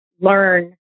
learn